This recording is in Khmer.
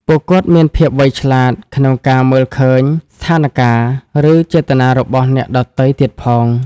ពួកគាត់មានភាពវៃឆ្លាតក្នុងការមើលឃើញស្ថានការណ៍ ឬចេតនារបស់អ្នកដទៃទៀតផង។